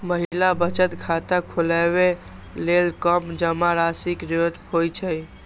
महिला बचत खाता खोलबै लेल कम जमा राशि के जरूरत होइ छै